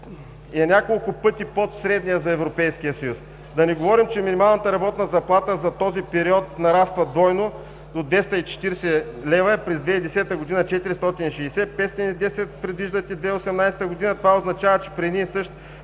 и е няколко пъти под средния за Европейския съюз. Да не говорим, че минималната работна заплата за този период нараства двойно – от 240 лв. през 2010 г., 460, 510 предвиждате за 2018 г. Това означава, че при един и